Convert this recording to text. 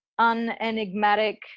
unenigmatic